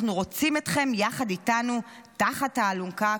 אנחנו רוצים אתכם יחד איתנו תחת האלונקה,